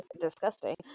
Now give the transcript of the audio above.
disgusting